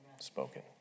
spoken